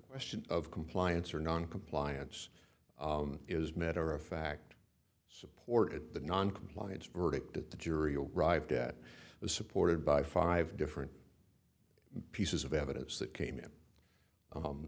question of compliance or noncompliance is matter of fact supported the noncompliance verdict at the jury or rived at the supported by five different pieces of evidence that came in